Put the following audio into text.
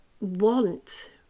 want